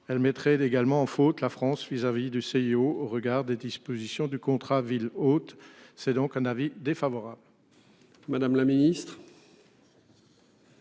elle mettrait également en faute la France vis-à-vis du CIO au regard des dispositions du contrat ville hôte. C'est donc un avis défavorable.